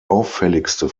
auffälligste